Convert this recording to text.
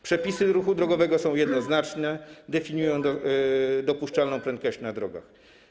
Przepisy ruchu drogowego są jednoznaczne, definiują dopuszczalną prędkość na drogach.